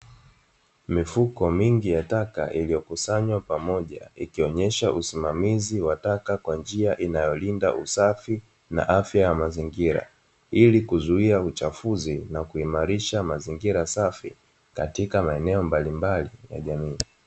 Mifuko mingi ya taka iliyokusanywa pamoja ikionyesha usimamizi wa taka kwa njia inayolinda usafi, na afya ya mazingira. Ili kuzuia uchafuzi na kuimarisha mazingira safi, katika maeneo mbalimbali ya jamii.